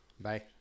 bye